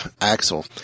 Axel